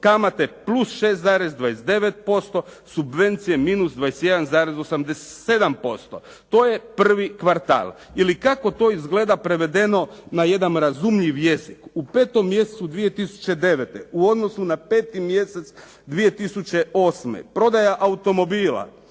kamate +6,29%, subvencije -21,87%. To je prvi kvartal. Ili kako to izgleda prevedeno na jedan razumljiv jezik. U 5. mjesecu 2009. u odnosu na 5. mjesec 2008. prodaja automobila